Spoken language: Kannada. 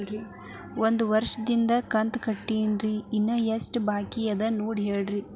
ಒಂದು ವರ್ಷದಿಂದ ಕಂತ ಕಟ್ಟೇನ್ರಿ ಇನ್ನು ಎಷ್ಟ ಬಾಕಿ ಅದ ನೋಡಿ ಹೇಳ್ರಿ